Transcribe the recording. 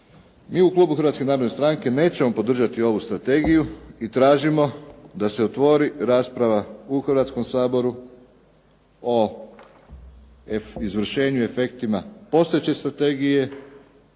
Mi u klubu Hrvatske narodne stranke nećemo podržati ovu strategiju i tražimo da se otvori rasprava u Hrvatskom saboru o izvršenju i efektima postojeće strategije